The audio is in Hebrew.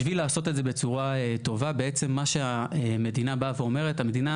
בשביל לעשות את זה בצורה טובה בעצם מה שהמדינה באה ואומרת המדינה